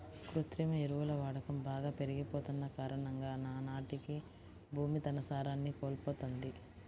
కృత్రిమ ఎరువుల వాడకం బాగా పెరిగిపోతన్న కారణంగా నానాటికీ భూమి తన సారాన్ని కోల్పోతంది